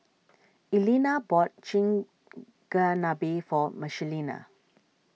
Elena bought Chigenabe for Michelina